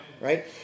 right